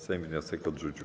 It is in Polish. Sejm wniosek odrzucił.